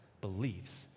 beliefs